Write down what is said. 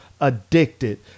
addicted